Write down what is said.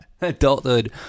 adulthood